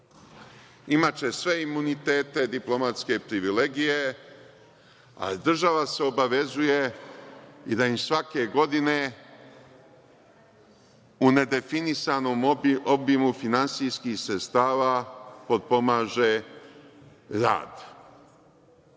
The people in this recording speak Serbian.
Imaće sve imunitete, diplomatske privilegije, a država se obavezuje i da im svake godine u nedefinisanom obimu finansijskih sredstava potpomaže rad. Šta